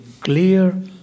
clear